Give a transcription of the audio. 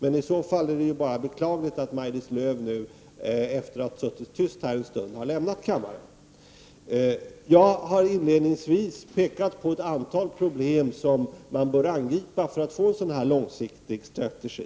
I så fall är det enbart beklagligt att Maj-Lis Lööw nu, efter att ha suttit tyst en stund, har lämnat kammaren. Jag har inledningsvis pekat på ett antal problem som man bör angripa för att få en sådan långsiktig strategi.